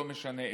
לא משנה איזה.